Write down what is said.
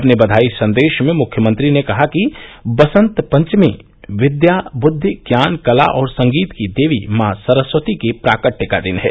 अपने बधाई संदेश में मुख्यमंत्री ने कहा कि बसन्त पंचमी विद्या बुद्धि ज्ञान कला और संगीत की देवी माँ सरस्वती के प्राकट्च का दिन है